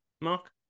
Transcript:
Mark